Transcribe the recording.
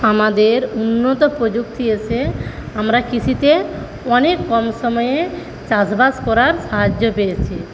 আমাদের উন্নত প্রযুক্তি এসে আমরা কৃষিতে অনেক কম সময়ে চাষবাস করার সাহায্য পেয়েছে